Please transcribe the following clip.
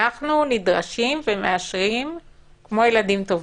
אנחנו נדרשים ומאשרים כמו ילדים טובים.